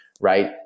right